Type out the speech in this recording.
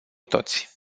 toți